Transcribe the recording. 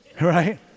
right